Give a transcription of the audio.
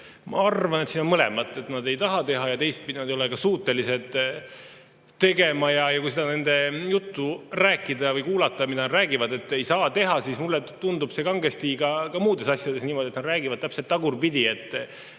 Ma arvan, et siin on mõlemat: [ühtpidi] nad ei taha teha ja teistpidi nad ei ole suutelised tegema. Kui nende juttu kuulata, mida nad räägivad, et ei saa teha, siis mulle tundub see kangesti ka muudes asjades niimoodi olevat, et nad räägivad täpselt tagurpidi.